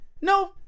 No